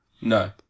No